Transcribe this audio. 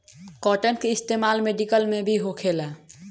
cotton के इस्तेमाल medical में भी होखेला